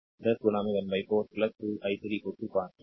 10 14 2 i3 5 मिलेगा